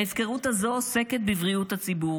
ההפקרות הזו עוסקת בבריאות הציבור,